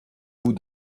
bout